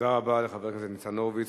תודה רבה לחבר הכנסת ניצן הורוביץ.